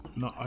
no